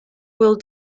will